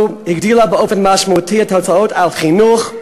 הגדילה באופן משמעותי את ההוצאות על חינוך: